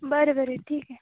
बरं बरं ठीक आहे